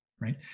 Right